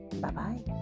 Bye-bye